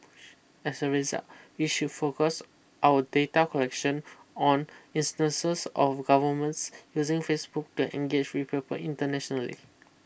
as a result we should focus our data collection on instances of governments using Facebook to engage with people internationally